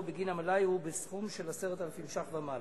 בגין המלאי הוא בסכום של 10,000 שקלים ומעלה.